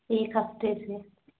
एक हफ़्ते से